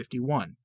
51